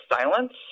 silence